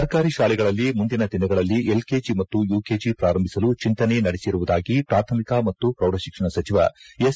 ಸರ್ಕಾರಿ ಶಾಲೆಗಳಲ್ಲಿ ಮುಂದಿನ ದಿನಗಳಲ್ಲಿ ಎಲ್ ಕೆ ಜಿ ಮತ್ತು ಯುಕೆಜಿ ಪ್ರಾರಂಭಿಸಲು ಚಿಂತನೆ ನಡೆಸಿರುವುದಾಗಿ ಪಾಥಮಿಕ ಮತ್ತು ಪ್ರೌಢಶಿಕ್ಷಣ ಸಚಿವ ಎಸ್